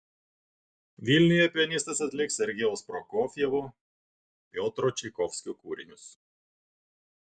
vilniuje pianistas atliks sergejaus prokofjevo piotro čaikovskio kūrinius